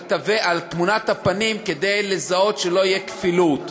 על תמונת הפנים כדי לזהות שלא תהיה כפילות.